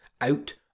out